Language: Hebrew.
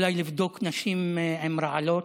אולי לבדוק נשים עם רעלות,